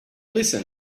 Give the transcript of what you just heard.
listen